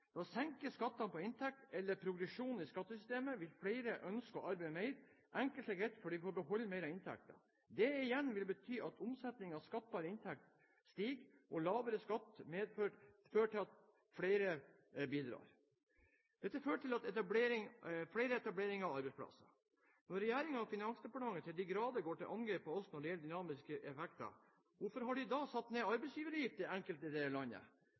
Ved å senke skatten på inntekt, eller progresjonen i skattesystemet, vil flere ønske å arbeide mer, enkelt og greit fordi de får beholde mer av inntekten. Det igjen vil bety at omsetningen av skattbar inntekt stiger, og lavere skatt fører til at flere bidrar. Dette fører til flere etableringer og arbeidsplasser. Når regjeringen og Finansdepartementet til de grader går til angrep på oss når det gjelder dynamiske effekter, hvorfor har de da satt ned arbeidsgiveravgiften i enkelte deler av landet? Er det